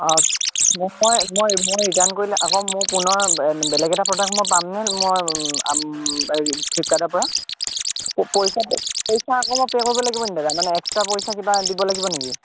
অঁ মোক বাও মই মই ৰিটাৰ্ণ কৰিলে আকৌ মোক পুনৰ বেলেগ এটা প্ৰডাক্ট মই পামনে মই হেই ফ্লিপকাৰ্টৰ পৰা পইচাটো পইচা আকৌ মই পে' কৰিব লাগিব নি দাদা মানে এক্সট্ৰা কিবা পইচা দিব লাগিব নিকি